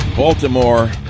Baltimore